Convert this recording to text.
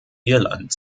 irland